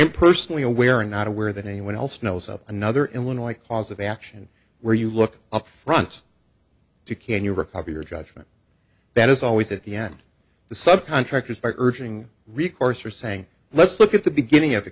am personally aware and not aware that anyone else knows of another illinois cause of action where you look up front can you recover your judgment that is always at the end of the sub contractors by urging recourse or saying let's look at the beginning of the